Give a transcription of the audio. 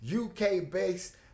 UK-based